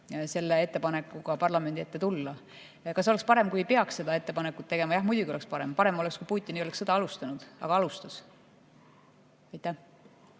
selle ettepanekuga parlamendi ette tulla. Kas oleks parem, kui ei peaks seda ettepanekut tegema? Jah, muidugi oleks parem. Parem oleks, kui Putin ei oleks sõda alustanud, aga alustas. Kalvi